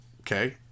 Okay